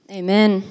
amen